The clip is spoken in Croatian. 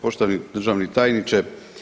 Poštovani državni tajniče.